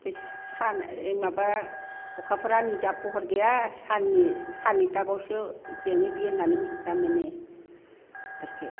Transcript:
बे सानआ माबा अखाफोरा निजा पहर गैया साननि तापआवसो जोङो बेयो होननानै मिथिना मोनो बेफोरखौ